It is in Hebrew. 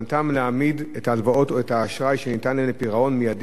להעמיד את ההלוואות או את האשראי שניתן להם לפירעון מיידי,